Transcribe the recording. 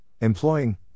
employing